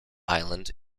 island